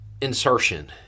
insertion